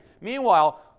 Meanwhile